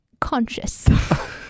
conscious